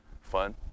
fun